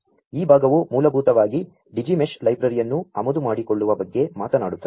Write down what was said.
ಈ ಭಾ ಗವು ಮೂ ಲಭೂ ತವಾ ಗಿ Digi Mesh ಲೈ ಬ್ರ ರಿಯನ್ನು ಆಮದು ಮಾ ಡಿಕೊ ಳ್ಳು ವ ಬಗ್ಗೆ ಮಾ ತನಾ ಡು ತ್ತದೆ